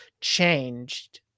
changed